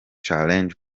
challenge